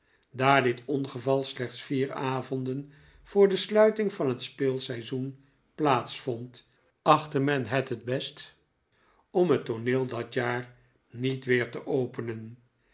daar dit ongeval slechts vier avonden voor de sluiting van het speelseizoen plaats vond achtte men het t best om het tooneel dat jaar niet weer te openen